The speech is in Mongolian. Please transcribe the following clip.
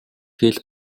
хэл